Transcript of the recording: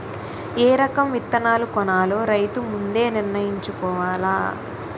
ఏ రకం విత్తనాలు కొనాలో రైతు ముందే నిర్ణయించుకోవాల